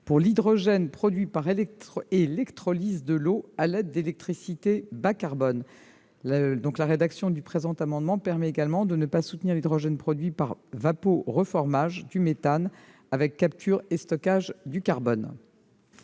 pour l'hydrogène produit par électrolyse de l'eau à l'aide d'électricité bas-carbone. La rédaction du présent amendement permet de ne pas soutenir l'hydrogène produit par vaporeformage du méthane avec capture et stockage du carbone.